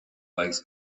legs